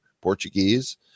portuguese